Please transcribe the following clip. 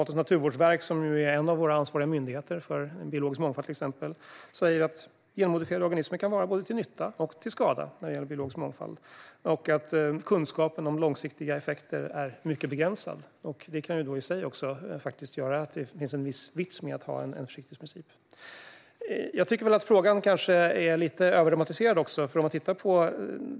Naturvårdsverket, som är ju är en av våra ansvariga myndigheter för biologisk mångfald till exempel, säger att genmodifierade organismer kan vara både till nytta och till skada när det gäller biologisk mångfald och att kunskapen om långsiktiga effekter är mycket begränsad. Det kan i sig också faktiskt göra att det finns en viss vits med att ha en försiktighetsprincip. Jag tycker kanske också att frågan är lite överdramatiserad.